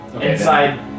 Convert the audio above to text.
Inside